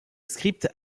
script